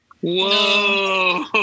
Whoa